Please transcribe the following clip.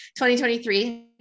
2023